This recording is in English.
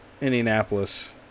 Indianapolis